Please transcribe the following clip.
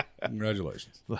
Congratulations